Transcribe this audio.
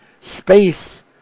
space